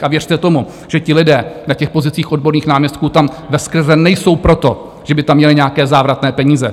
A věřte tomu, že ti lidé na těch pozicích odborných náměstků tam veskrze nejsou proto, že by tam měli nějaké závratné peníze.